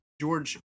George